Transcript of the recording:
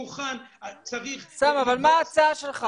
יש לי הצעה,